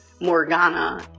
Morgana